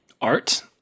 Art